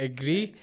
Agree